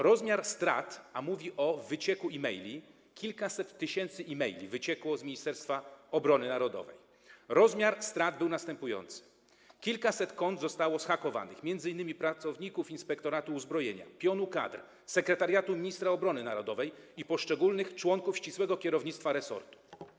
Rozmiar strat - a mówi o wycieku e-maili, kilkaset tysięcy e-maili wyciekło z Ministerstwa Obrony Narodowej - był następujący: kilkaset kont zostało zhakowanych, m.in. pracowników Inspektoratu Uzbrojenia, pionu kadr, sekretariatu ministra obrony narodowej i poszczególnych członków ścisłego kierownictwa resortu.